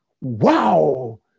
Wow